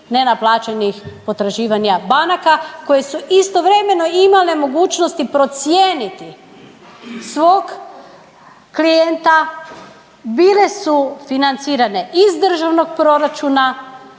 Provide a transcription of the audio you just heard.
nenaplaćenih potraživanja banaka koje su istovremeno imale mogućnosti procijeniti svog klijenta, bile su financirane iz državnog proračuna,